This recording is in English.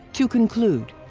to conclude,